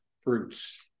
fruits